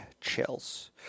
Chills